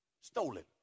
stolen